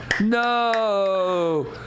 No